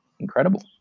incredible